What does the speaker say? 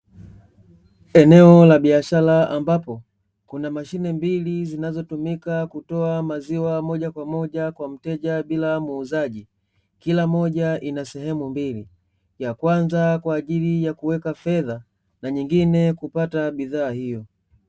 Eneo la biashara ambapo kuna mashine mbili zinazotumika kutoa maziwa moja kwa moja kwa mteja bila muuzaji, kila moja ina sehemu mbili ya kwanza kwa ajili ya kuweka fedha na nyingine kupata bidhaa hiyo.